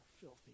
filthy